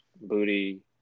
booty